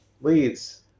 leads